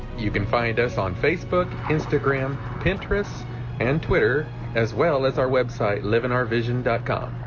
you can find us on facebook instagram pinterest and twitter as well as our website live in our vision com.